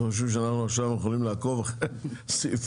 אתם חושבים שאנחנו עכשיו יכולים לעקוב אחרי סעיפים,